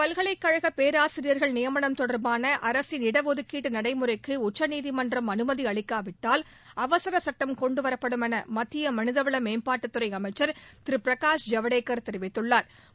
பல்கலைக் கழக பேராசிரியர்கள் நியமனம் தொடர்பாள அரசின் இடஒதுக்கீட்டு நடைமுறைக்கு உச்சநீதிமன்றம் அனுமதி அளிக்காவிட்டால் அவசர சுட்டம் கொண்டுவரப்படும் என மத்திய மனிதவள மேம்பாட்டுத் துறை அமைச்சா் திரு பிரகாஷ் ஜவ்டேக்கா் தெரிவித்துள்ளாா்